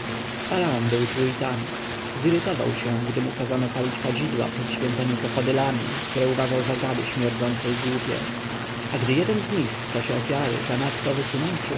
tu i tam zirytował się gdy mu kazano palić kadzidła przed świętemi krokodylami które uważał za gady śmierdzące i głupie a gdy jeden z nich w czasie ofiary zanadto wysunąwszy